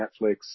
Netflix